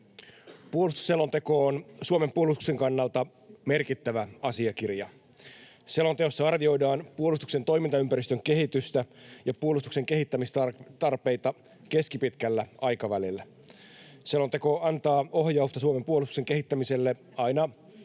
Puolustusselonteko on Suomen puolustuksen kannalta merkittävä asiakirja. Selonteossa arvioidaan puolustuksen toimintaympäristön kehitystä ja puolustuksen kehittämistarpeita keskipitkällä aikavälillä. Selonteko antaa ohjausta Suomen puolustuksen kehittämiselle aina